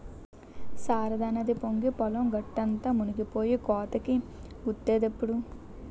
శారదానది పొంగి పొలం గట్టంతా మునిపోయి కోతకి గురైందిప్పుడు